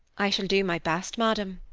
i shall do my best, madam.